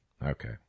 Okay